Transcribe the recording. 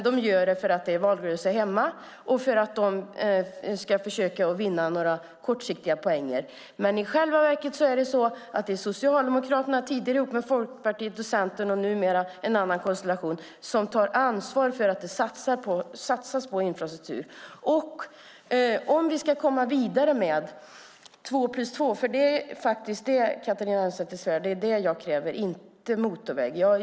De gör det för att det är valrörelse därhemma och för att försöka vinna några kortsiktiga poäng. Men i själva verket är det så att det är Socialdemokraterna, tidigare tillsammans med Folkpartiet och Centern och nu i en annan konstellation, som tar ansvar för att det satsas på infrastruktur. Det är två-plus-två-väg vi måste ha, Catharina Elmsäter-Svärd, inte motorväg.